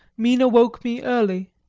mina woke me early,